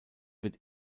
wird